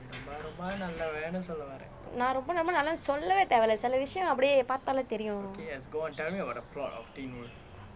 நான் ரொம்ப நல்ல சொல்லவே தேவை இல்லை சில விஷயம் அப்படியே பார்த்தாலே தெரியும்:naan romba nalla sollave thevai illai sila vishayam appadiye paartthaale theriyum